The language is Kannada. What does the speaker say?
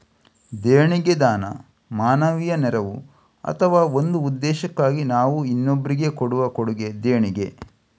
ದೇಣಿಗೆ ದಾನ, ಮಾನವೀಯ ನೆರವು ಅಥವಾ ಒಂದು ಉದ್ದೇಶಕ್ಕಾಗಿ ನಾವು ಇನ್ನೊಬ್ರಿಗೆ ಕೊಡುವ ಕೊಡುಗೆ ದೇಣಿಗೆ